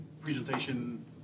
presentation